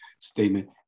statement